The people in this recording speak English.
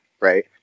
right